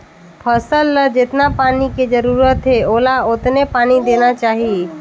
फसल ल जेतना पानी के जरूरत हे ओला ओतने पानी देना चाही